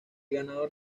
ganador